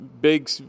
big